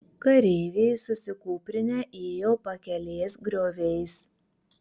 kareiviai susikūprinę ėjo pakelės grioviais